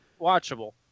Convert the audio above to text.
watchable